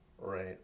right